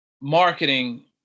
marketing